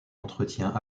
entretien